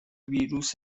ویروس